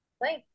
Right